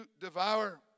devour